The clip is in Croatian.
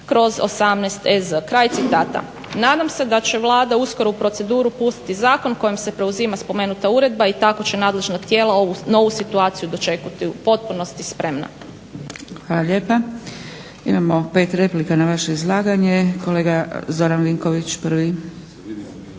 2001/18 EZ. Kraj citata. Nadam se da će Vlada uskoro u proceduru pustiti zakon kojim se preuzima spomenuta uredba i tako će nadležna tijela ovu novu situaciju dočekati u potpunosti spremna. **Zgrebec, Dragica (SDP)** Hvala lijepa. Imamo pet replika na vaše izlaganje. Kolega Zoran Vinković prvi.